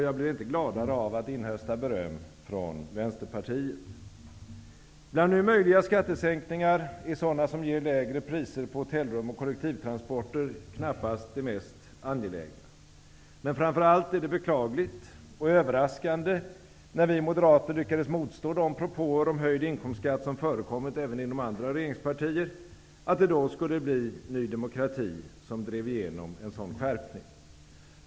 Jag blir inte gladare av att inhösta beröm från Bland nu möjliga skattesänkningar är sådana som ger sänkta priser på hotellrum och kollektivtransporter knappast de mest angelägna. Men framför allt är det beklagligt -- och överraskande -- när vi moderater lyckades motstå de propåer om höjd inkomstskatt som förekommit även inom andra regeringspartier, att det då skulle bli Ny demokrati som drev igenom en sådan skärpning.